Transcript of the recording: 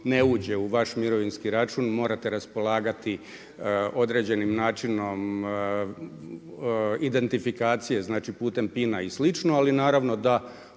ne uđe u vaš mirovinski račun morate raspolagati određenim načinom identifikacije putem PIN-a i slično, ali naravno da